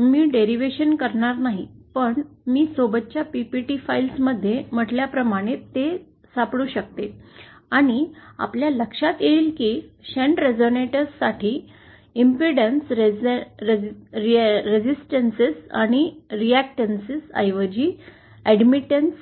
मी derivation करणार नाही पण मी सोबतच्या PPT फाइल्समध्ये म्हटल्याप्रमाणे ते सापडू शकते आणि आपल्या लक्षात येईल की शंट रेझोनेटर्सस साठी इंपेडेंस रेसिस्टेंस आणि रीकटेंस यांऐवजी एडमिटेंस